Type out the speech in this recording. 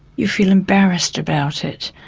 you feel embarrassed about it.